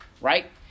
Right